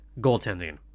goaltending